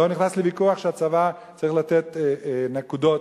לא נכנס לוויכוח שהצבא צריך לתת נקודת